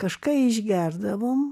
kažką išgerdavom